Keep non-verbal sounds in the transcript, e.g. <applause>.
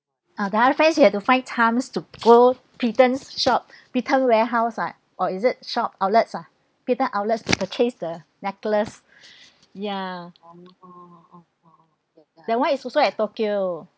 ah the other friends you have to find times to go britain's shop <breath> britain's warehouse ah or is it shop outlets ah britain's outlets to purchase the necklace <breath> ya that one is also at tokyo